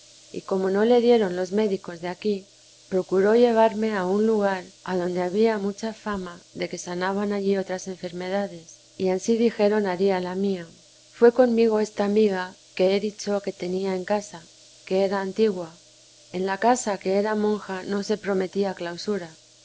y como no le dieron los médicos de aqui procuró llevarme a un lugar adonde había mucha fama de que sanaban allí otras enfermedades y ansí dijeron haría la mía fué conmigo esta amiga que he dicho que tenía en casa que era antigua en la casa que era monja no se prometía clausura